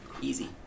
Easy